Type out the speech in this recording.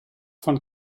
von